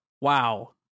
Wow